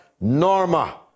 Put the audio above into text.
Norma